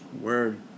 Word